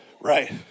right